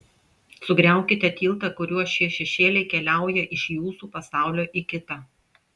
sugriaukite tiltą kuriuo šie šešėliai keliauja iš jūsų pasaulio į kitą